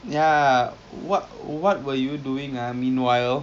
ya what what were you doing ah meanwhile